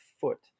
foot